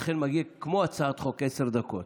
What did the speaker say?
לכן זה כמו הצעת חוק, עשר דקות.